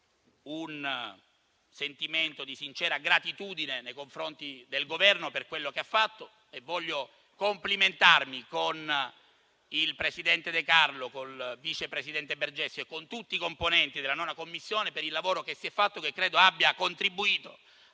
un sentimento di sincera gratitudine nei confronti del Governo per quello che ha fatto e voglio complimentarmi con il presidente De Carlo, con il vice presidente Bergesio e con tutti i componenti della 9a Commissione per il lavoro svolto, che credo abbia contribuito